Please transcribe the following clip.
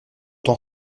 t’en